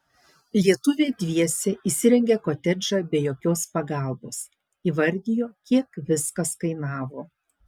lietuviai dviese įsirengė kotedžą be jokios pagalbos įvardijo kiek viskas kainavo